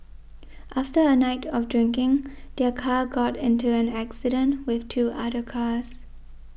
after a night of drinking their car got into an accident with two other cars